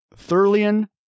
thurlian